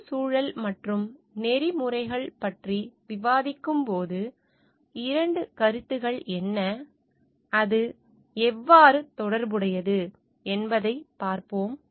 சுற்றுச்சூழல் மற்றும் நெறிமுறைகள் பற்றி விவாதிக்கும்போது இரண்டு கருத்துக்கள் என்ன அது எவ்வாறு தொடர்புடையது என்பதைப் பார்ப்போம்